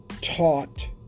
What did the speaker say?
taught